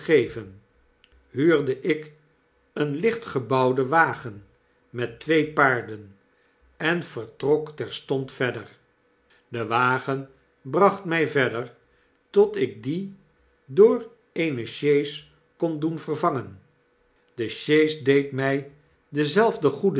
huurde ik eenlichtgebouwden wagen met twee paarden en vertrok terstond verder de wagen bracht my verder tot ik dien door eene sjees kon doen vervangen de sjees deed my denzelfden